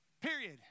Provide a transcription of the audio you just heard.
Period